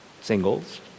singles